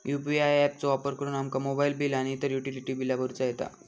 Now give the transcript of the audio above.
UPI app चो वापर करुन आमका मोबाईल बिल आणि इतर युटिलिटी बिला भरुचा येता